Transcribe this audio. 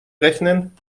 rechnen